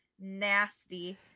Nasty